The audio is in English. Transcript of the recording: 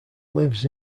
lives